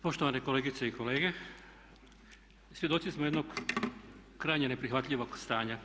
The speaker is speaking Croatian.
Poštovane kolegice i kolege, svjedoci smo jednog krajnje neprihvatljivog stanja.